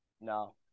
No